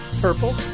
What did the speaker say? Purple